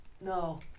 No